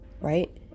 right